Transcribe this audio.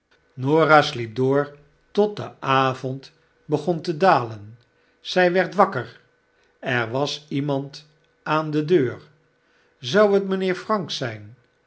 sliep door tot de avond begon tedalen zij werd wakker er was iemand aan de deur zou het mijnheer frank zijn